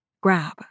grab